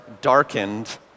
darkened